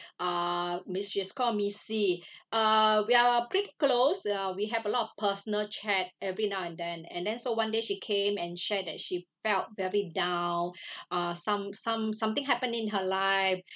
uh we should call her ms-c uh we are uh pretty close ya we have a lot of personal chat every now and then and then so one day she came and shared that she felt very down some some something happened in her life